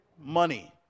money